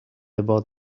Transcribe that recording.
about